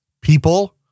People